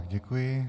Děkuji.